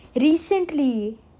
Recently